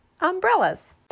Umbrellas